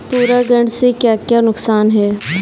परागण से क्या क्या नुकसान हैं?